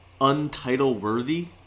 untitle-worthy